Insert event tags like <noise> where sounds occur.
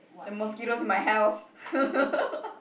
the mosquitoes in my house <laughs>